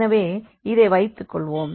எனவே இதை வைத்து கொள்வோம்